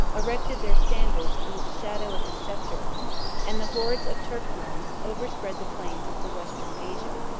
erected their standards under the shadow of his sceptre and the hordes of turkmans overspread the plains of the western asia.